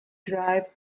drive